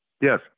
Yes